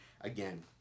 again